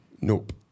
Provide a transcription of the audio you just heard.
Nope